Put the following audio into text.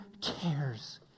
cares